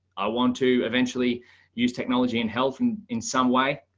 i want to eventually use technology and health and in some way.